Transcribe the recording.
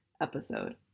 episode